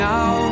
Now